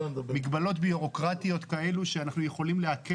מגבלות ביורוקרטיות כאלו שאנחנו יכולים להקל